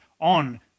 on